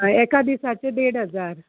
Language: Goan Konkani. एका दिसाचे देड हजार